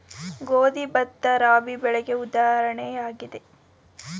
ಗೋಧಿ, ಭತ್ತ, ರಾಬಿ ಬೆಳೆಗೆ ಉದಾಹರಣೆಯಾಗಿದೆ